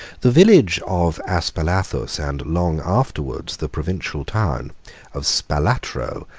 the village of aspalathus, and, long afterwards, the provincial town of spalatro,